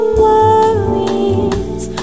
worries